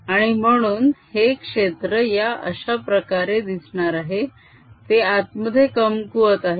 आणि म्हणून हे क्षेत्र या अशा प्रकारे दिसणार आहे ते आतमध्ये कमकुवत आहे